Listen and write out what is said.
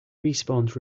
respawns